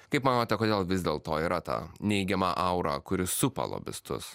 kaip manote kodėl vis dėlto yra ta neigiama aura kuri supa lobistus